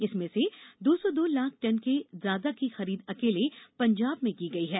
इसमें से दो सौ दो लाख टन से ज्यादा की खरीद अकेले पंजाब में की गई है